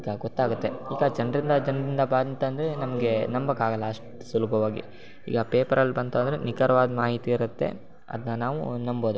ಈಗ ಗೊತ್ತಾಗುತ್ತೆ ಈಗ ಜನರಿಂದ ಜನರಿಂದ ಬಂತಂದ್ರೆ ನಮಗೆ ನಂಬೋಕಾಗಲ್ಲ ಅಷ್ಟು ಸುಲಭವಾಗಿ ಈಗ ಪೇಪರಲ್ಲಿ ಬಂತೆಂದ್ರೆ ನಿಖರವಾದ ಮಾಹಿತಿ ಇರುತ್ತೆ ಅದನ್ನ ನಾವು ನಂಬೋದು